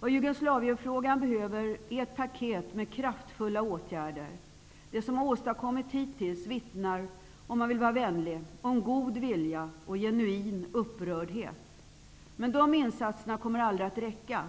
Vad Jugoslavienfrågan behöver är ett paket med kraftfulla åtgärder. Det som har åstadkommits hittills vittnar, om man vill vara vänlig, om god vilja och genuin upprördhet. Men de insatserna kommer aldrig att räcka.